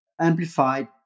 amplified